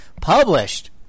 published